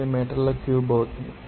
59 మీటర్ల క్యూబ్ అవుతుంది